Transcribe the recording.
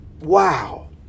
Wow